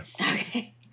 Okay